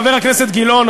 חבר הכנסת גילאון,